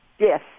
Yes